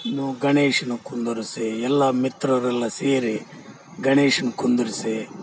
ಇನ್ನು ಗಣೇಶನ ಕುಂದಿರಿಸಿ ಎಲ್ಲ ಮಿತ್ರರೆಲ್ಲ ಸೇರಿ ಗಣೇಶನನ್ನು ಕುಂದಿರಿಸಿ